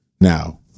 Now